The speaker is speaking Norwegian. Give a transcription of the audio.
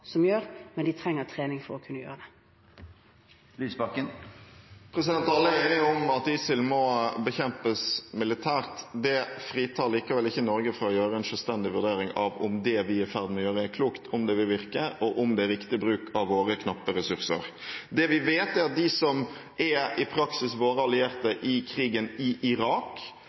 som gjør, men de trenger trening for å kunne gjøre det. Alle er enige om at ISIL må bekjempes militært. Det fritar likevel ikke Norge fra å gjøre en selvstendig vurdering av om det vi er i ferd med å gjøre, er klokt, om det vil virke, og om det er riktig bruk av våre knappe ressurser. Det vi vet, er at de som i praksis er våre allierte i krigen i Irak,